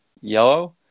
yellow